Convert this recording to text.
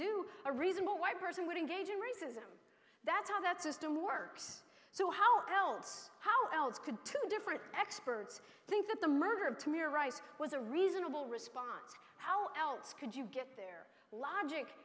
do a reasonable white person would engage in racism that's how that system works so how else how else could two different experts think that the murder of tamir rice was a reasonable response how else could you get there logic